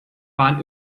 bahn